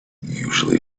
usually